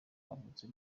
avuze